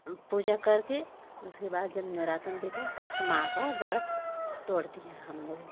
पूजा करके उसके बाद जब नवरातन बीता तो माँ को ओ व्रत तोड़ दिया हम लोग